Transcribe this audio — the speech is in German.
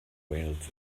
wales